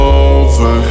over